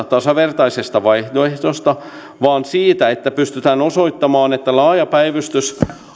tasavertaisesta vaihtoehdosta vaan siitä että pystytään osoittamaan että laaja päivystys